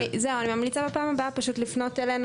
אני ממליצה בפעם הבאה לפנות אלינו.